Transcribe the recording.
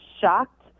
shocked